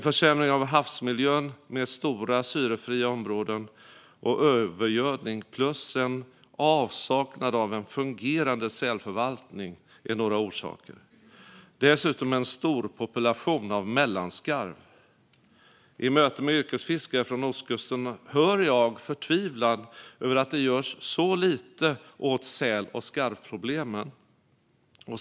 Försämring av havsmiljön med stora syrefria områden och övergödning plus avsaknad av en fungerande sälförvaltning är några orsaker. En annan orsak är en storpopulation av mellanskarv. I möten med yrkesfiskare från ostkusten hör jag förtvivlan över att det görs så lite åt säl och skarvproblemen.